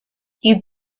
you